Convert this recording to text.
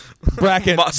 Bracket